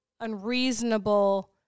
unreasonable